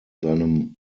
seinem